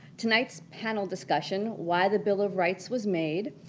tonight's panel discussion, why the bill of rights was made,